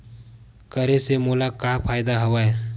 करे से मोला का का फ़ायदा हवय?